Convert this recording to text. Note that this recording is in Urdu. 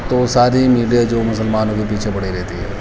تو ساری میڈیا جو مسلمانوں کے پیچھے پڑی رہتی ہے